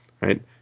right